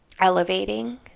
elevating